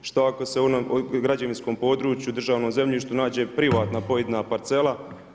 Što ako se u onom građevinskom području, državnom zemljištu nađe privatne pojedina parcela?